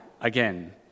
again